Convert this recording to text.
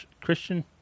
Christian